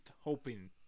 hoping –